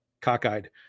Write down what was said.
cockeyed